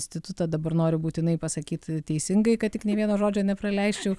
institutą dabar noriu būtinai pasakyt teisingai kad tik nė vieno žodžio nepraleisčiau